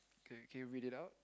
K can you read it out